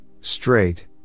straight